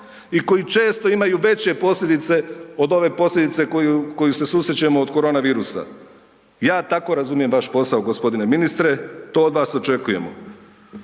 i koji često imaju veće posljedice od ove posljedice koju se susrećemo od korona virusa. Ja tako razumijem vaš posao gospodine ministre, to od vas očekujemo.